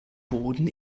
boden